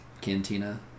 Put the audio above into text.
cantina